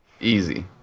Easy